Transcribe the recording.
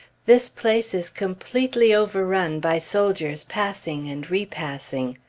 this place is completely overrun by soldiers passing and repassing.